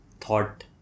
thought